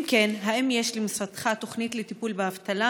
2. אם כן, האם יש למשרדך תוכנית לטיפול באבטלה?